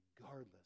regardless